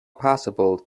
possible